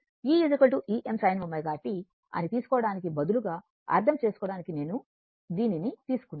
e Em sin ω t అని తీసుకోవటానికి బదులుగా అర్థం చేసుకోవడానికి నేను దీనిని తీసుకున్నాను